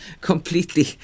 completely